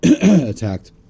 attacked